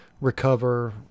recover